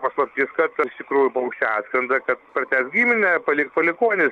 paslaptis kad iš tikrųjų paukščiai atskrenda kad pratęst giminę palikt palikuonių